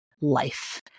life